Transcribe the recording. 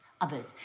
Others